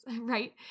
right